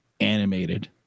animated